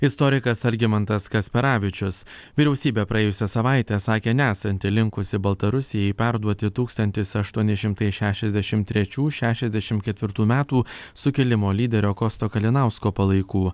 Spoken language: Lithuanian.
istorikas algimantas kasparavičius vyriausybė praėjusią savaitę sakė nesanti linkusi baltarusijai perduoti tūkstantis aštuoni šimtai šešiasdešim trečių šešiasdešim ketvirtų metų sukilimo lyderio kosto kalinausko palaikų